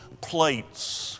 plates